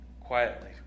quietly